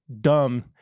dumb